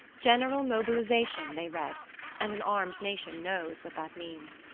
general mobilization they read and an armed nation knows what that means.